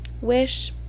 wish